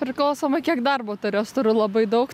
priklausomai kiek darbo turėsiu turiu labai daug